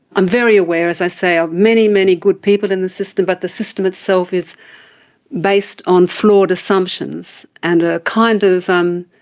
i'm very aware, as i say, of many, many good people in the system, but the system itself is based on flawed assumptions and a kind of um